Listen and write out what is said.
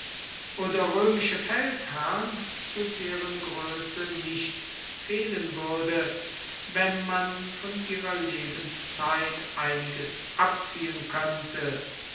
oder römische feldherrn zu deren größe nichts fehlen würde wenn man von ihrer lebenszeit einiges abziehen könnte